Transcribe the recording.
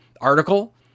article